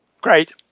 Great